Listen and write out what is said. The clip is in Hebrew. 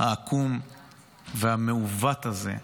העקום והמעוות הזה,